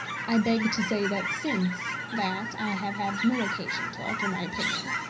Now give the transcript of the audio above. i beg to say that since that i have had no occasion to alter my opinion.